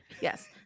Yes